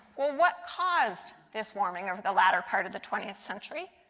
what caused this warming over the latter part of the twentieth century?